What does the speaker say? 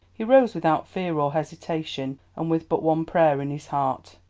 he rose without fear or hesitation, and with but one prayer in his heart,